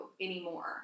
anymore